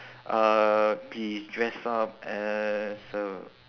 uh please dress up as a